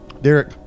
Derek